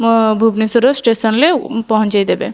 ମୋ ଭୁବେନେଶ୍ୱରର ଷ୍ଟେସନ୍ରେ ପହଞ୍ଚାଇ ଦେବେ